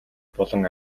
болон